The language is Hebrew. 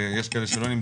ג'ידא רינאווי זועבי,